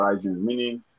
meaning